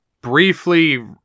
briefly